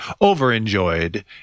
Over-enjoyed